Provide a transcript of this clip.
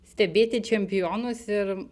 stebėti čempionus ir